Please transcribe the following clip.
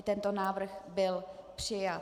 I tento návrh byl přijat.